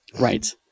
Right